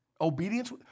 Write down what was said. obedience